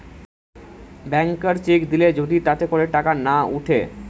ব্যাংকার cheque দিলে যদি তাতে করে টাকা না উঠে